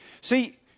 See